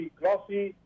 glossy